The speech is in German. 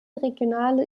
regionale